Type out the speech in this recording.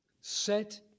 Set